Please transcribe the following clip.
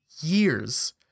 years